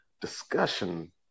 discussion